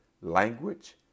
language